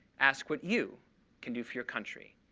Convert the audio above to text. ask what you can do for your country.